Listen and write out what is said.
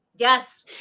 Yes